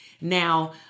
Now